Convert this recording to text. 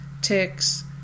ticks